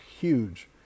huge